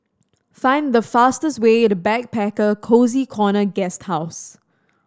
find the fastest way to Backpacker Cozy Corner Guesthouse